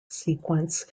sequence